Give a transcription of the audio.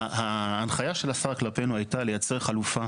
ההנחיה של השר כלפינו הייתה לייצר חלופה